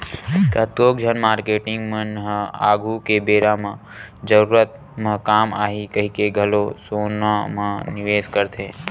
कतको झन मारकेटिंग मन ह आघु के बेरा म जरूरत म काम आही कहिके घलो सोना म निवेस करथे